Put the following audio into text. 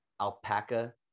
alpaca